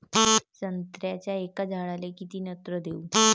संत्र्याच्या एका झाडाले किती नत्र देऊ?